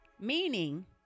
Meaning